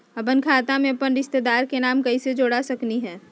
अपन खाता में अपन रिश्तेदार के नाम कैसे जोड़ा सकिए हई?